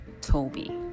toby